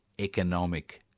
economic